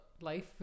life